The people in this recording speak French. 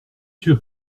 sûr